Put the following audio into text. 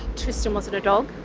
tristan wasn't a dog.